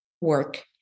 work